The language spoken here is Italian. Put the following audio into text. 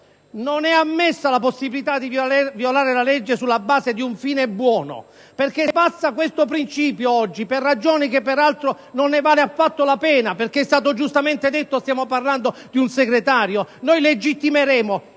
ammessa la possibilità di violare la legge sulla base di un fine buono, perché se oggi passa questo principio (per ragioni per cui peraltro non vale la pena, perché è stato giustamente detto che stiamo parlando di un Segretario), noi legittimeremo